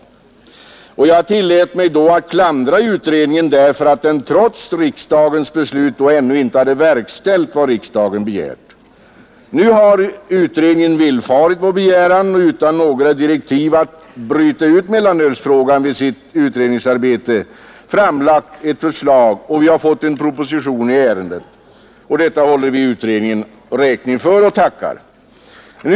Jag tillät mig då att klandra utredningen därför att den trots riksdagens beslut ännu inte hade verkställt vad riksdagen begärt. Nu har utredningen villfarit vår begäran, och utredningen har utan några direktiv att bryta ut mellanölsfrågan ur sitt utredningsarbete framlagt ett förslag, så att vi har fått en proposition i ärendet. Detta håller vi utredningen räkning för.